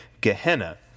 Gehenna